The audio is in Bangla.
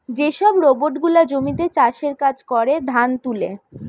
যে সব রোবট গুলা জমিতে চাষের কাজ করে, ধান তুলে